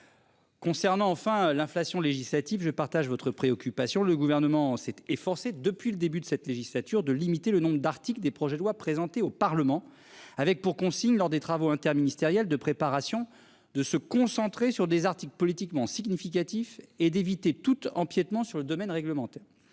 Concernant enfin l'inflation législative, je partage votre préoccupation. Le gouvernement s'est efforcé depuis le début de cette législature, de limiter le nombre d'articles des projet de loi présenté au Parlement, avec pour consigne lors des travaux interministériels de préparation de se concentrer sur des articles politiquement significatif et d'éviter toute empiètement sur le domaine réglementaire.